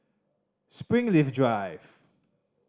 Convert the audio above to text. Springleaf Drive